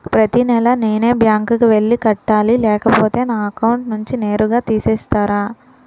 ప్రతి నెల నేనే బ్యాంక్ కి వెళ్లి కట్టాలి లేకపోతే నా అకౌంట్ నుంచి నేరుగా తీసేస్తర?